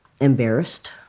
embarrassed